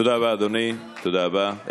תודה רבה, אדוני, תודה רבה.